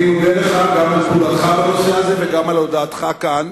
אני מודה לך גם על תגובתך בנושא הזה וגם על הודעתך כאן.